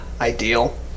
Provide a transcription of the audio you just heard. ideal